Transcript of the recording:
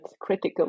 critical